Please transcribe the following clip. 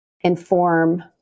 inform